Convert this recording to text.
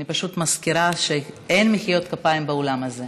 אני פשוט מזכירה שאין מחיאות כפיים באולם הזה,